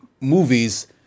movies